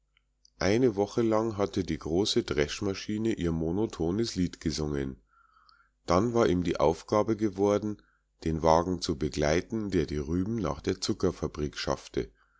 eine woche lang hatte die große dreschmaschine ihr monotones lied gesungen dann war ihm die aufgabe geworden den wagen zu begleiten der die rüben nach der zuckerfabrik schaffte